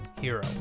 Hero